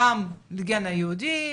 גם הגן היהודי,